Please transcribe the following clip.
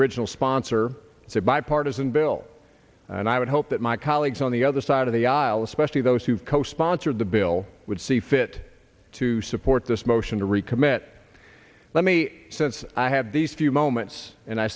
original sponsor it's a bipartisan bill and i would hope that my colleagues on the other side of the aisle especially those who co sponsored the bill would see fit to support this motion to recommit let me since i have these few moments and i